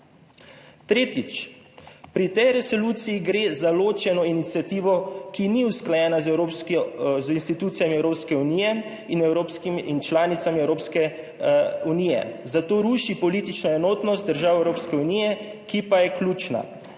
Tretjič, pri tej resoluciji gre za ločeno iniciativo, ki ni usklajena z evropsko, z institucijami Evropske unije in članicami Evropske unije, zato ruši politično enotnost držav Evropske unije, ki pa je ključna.